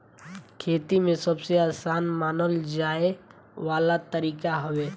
खेती में सबसे आसान मानल जाए वाला तरीका हवे